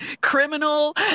criminal